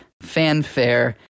fanfare